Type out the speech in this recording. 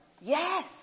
Yes